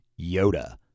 yoda